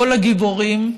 כל הגיבורים,